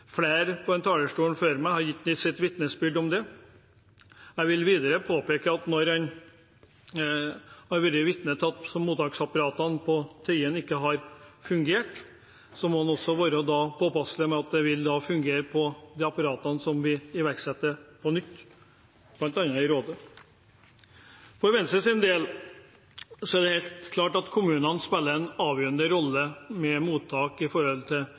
Flere på denne talerstolen før meg har gitt sitt vitnesbyrd om det. Jeg vil videre påpeke at når en har vært vitne til at mottaksapparatet på Tøyen ikke har fungert, må en være påpasselig med at mottaksapparatet vil fungere når vi iverksetter det på nytt, bl.a. i Råde. For Venstres del er det helt klart at kommunene spiller en avgjørende rolle for mottak av flyktninger, for asylmottak. Men det er også som Geir Sigbjørn Toskedal påpekte: Venstre har store forventninger til